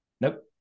Nope